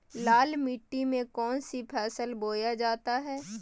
लाल मिट्टी में कौन सी फसल बोया जाता हैं?